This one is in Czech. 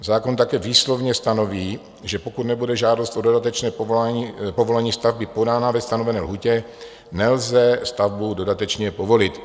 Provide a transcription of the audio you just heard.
Zákon také výslovně stanoví, že pokud nebude žádost o dodatečné povolení stavby podána ve stanovené lhůtě, nelze stavbu dodatečně povolit.